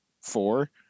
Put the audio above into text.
four